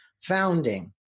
founding